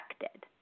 affected